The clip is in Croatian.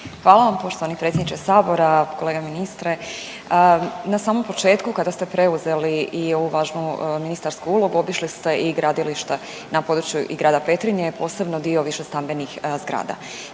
Hvala vam poštovani predsjedniče Sabora. Kolega ministre, na samom početku kada ste preuzeli i ovu važnu ministarsku ulogu, obišli ste i gradilišta na području i Grada Petrinje, posebno dio višestambenih zgrada.